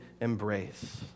embrace